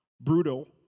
brutal